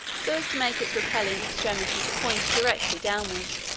so as to make its repelling extremity to point directly downward.